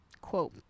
quote